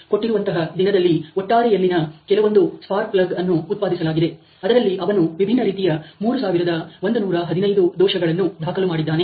ಕೊಟ್ಟಿರುವಂತಹ ದಿನದಲ್ಲಿ ಒಟ್ಟಾರೆಯಲ್ಲಿನ ಕೆಲವೊಂದು ಸ್ಪಾರ್ಕ್ ಪ್ಲಗ್ಯನ್ನು ಉತ್ಪಾದಿಸಲಾಗಿದೆ ಅದರಲ್ಲಿ ಅವನು ವಿಭಿನ್ನ ರೀತಿಯ 3115 ದೋಷಗಳನ್ನು ದಾಖಲು ಮಾಡಿದ್ದಾನೆ